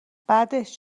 بعدش